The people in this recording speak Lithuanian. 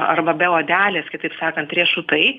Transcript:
arba be odelės kitaip sakant riešutai